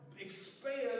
expand